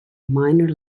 minor